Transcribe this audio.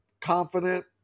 confident